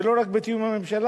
ולא רק בתיאום עם הממשלה,